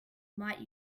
might